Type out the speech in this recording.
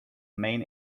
main